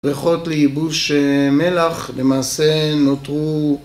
ברכות ליבוש מלח למעשה נותרו